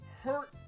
hurt